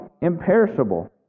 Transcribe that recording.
imperishable